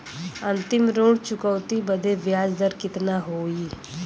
अंतिम ऋण चुकौती बदे ब्याज दर कितना होई?